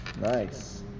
Nice